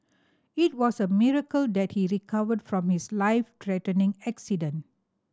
it was a miracle that he recovered from his life threatening accident